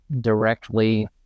directly